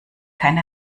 keine